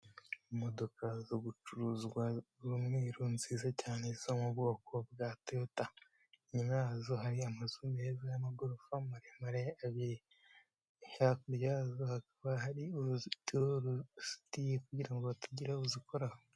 Imodoka zo gucuruzwa zumweru nziza cyane zo mu bwoko bwa Toyota. Inyuma yazo hari amazu meza y'amagorofa maremare abiri, hakuryazo hakaba hari uruzitiro rusatiye kugira ngo hatagira uzikoraho.